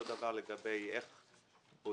אותו דבר לגבי איך בודקים,